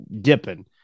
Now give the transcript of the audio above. dipping